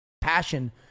passion